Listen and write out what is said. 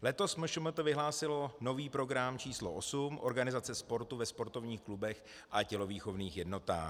Letos MŠMT vyhlásilo nový program číslo osm Organizace sportu ve sportovních klubech a tělovýchovných jednotách.